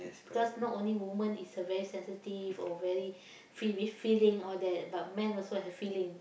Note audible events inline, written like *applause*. cause not only woman is a very sensitive or very *breath* fill with feeling all that but man also have feeling